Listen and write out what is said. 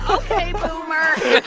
ok, boomer